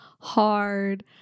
hard